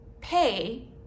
pay